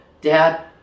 Dad